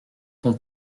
ton